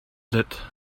lit